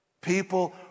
People